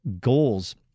goals